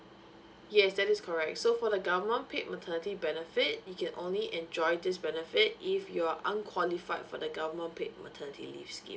yes that is correct so for the government paid maternity benefit you can only enjoy this benefit if you're are unqualified for the government paid maternity leave scheme